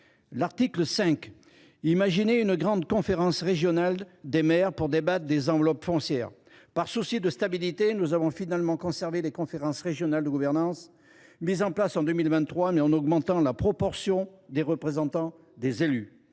L’article 5 imaginait une grande conférence régionale des maires pour débattre des enveloppes foncières. Par souci de stabilité, nous avons finalement conservé les conférences régionales de gouvernance mises en place en 2023, mais en augmentant la proportion des représentants des élus.